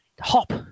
hop